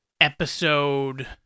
episode